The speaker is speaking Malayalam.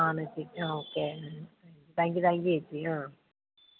ആണോ ചേച്ചി okay thank you thank you ചേച്ചി ആ